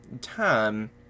time